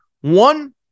One